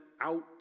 out